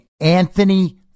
Anthony